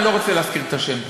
אני לא רוצה להזכיר את השם פה,